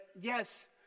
yes